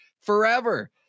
forever